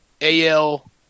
AL